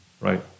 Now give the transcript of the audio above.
Right